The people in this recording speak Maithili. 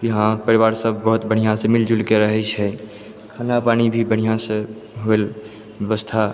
कि हँ परिवार सब बहुत बढिऑं से मिल जुलि के रहै छै खाना पानि भी बढ़िऑं सऽ भेल व्यवस्था